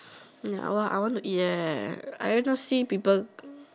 ya I want I want to eat eh I every time see people